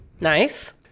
Nice